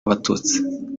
abatutsi